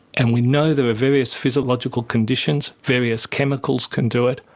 and we know there are various physiological conditions, various chemicals can do it.